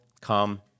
come